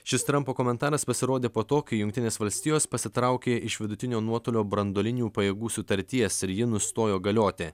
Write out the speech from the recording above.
šis trampo komentaras pasirodė po to kai jungtinės valstijos pasitraukė iš vidutinio nuotolio branduolinių pajėgų sutarties ir ji nustojo galioti